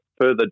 further